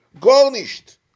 garnished